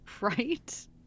right